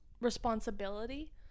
responsibility